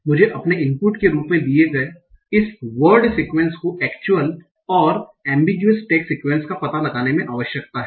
मुझे अपने इनपुट के रूप में दिए गए इस वर्ड सिक्यूएन्स को एक्चुयल और एम्बिग्यूयस टैग सिक्यूएन्स का पता लगाने में आवश्यकता है